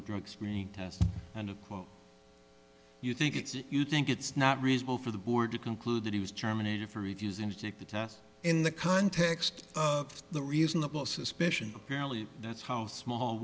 a drug screen test and a quote you think it's that you think it's not reasonable for the board to conclude that he was germinated for reviews and to take the test in the context of the reasonable suspicion apparently that's how small